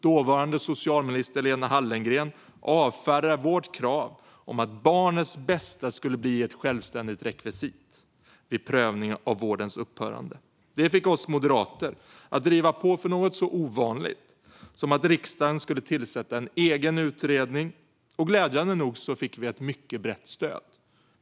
Dåvarande socialminister Lena Hallengren avfärdade vårt krav att barnets bästa skulle bli ett självständigt rekvisit vid prövning av vårdens upphörande. Detta fick oss moderater att driva på för något så ovanligt som att riksdagen skulle tillsätta en egen utredning, och glädjande nog fick vi ett mycket brett stöd.